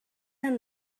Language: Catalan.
hem